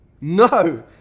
No